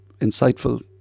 insightful